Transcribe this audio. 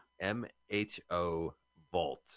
M-H-O-Vault